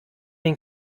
den